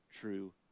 true